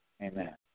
Amen